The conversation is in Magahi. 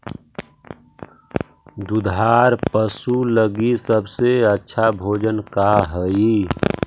दुधार पशु लगीं सबसे अच्छा भोजन का हई?